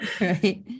Right